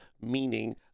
meaning